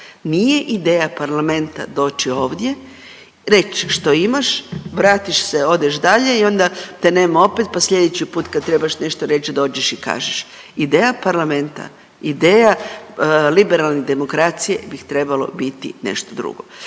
Nije ideja Parlamenta doći ovdje, reć što imaš, vratiš se odeš dalje i onda te nema opet pa sljedeći put kad trebaš nešto reći dođeš i kažeš. Ideja parlamenta, ideja liberalne demokracije bi trebalo biti nešto drugo.